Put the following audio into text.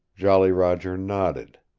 jolly roger nodded.